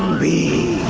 the